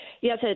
Yes